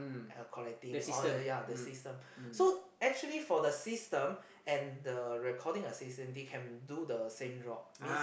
collecting oh ya ya ya the system so actually for the system and the recording assistant they can do the same job means